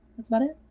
that's about it,